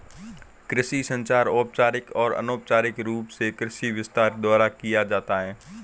कृषि संचार औपचारिक और अनौपचारिक रूप से कृषि विस्तार द्वारा किया जाता है